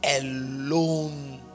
alone